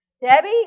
Debbie